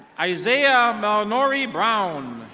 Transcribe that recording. isaiah malnory brown.